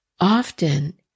often